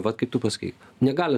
vat kaip tu pasakei negali